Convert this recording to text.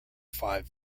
five